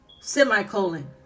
Semicolon